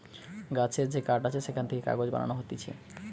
গাছের যে কাঠ আছে সেখান থেকে কাগজ বানানো হতিছে